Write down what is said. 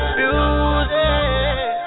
music